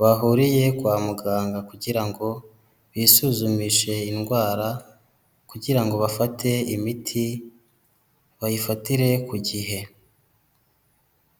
bahuriye kwa muganga kugira ngo bisuzumishe indwara kugira ngo bafate imiti, bayifatire ku gihe.